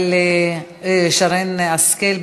שרן השכל,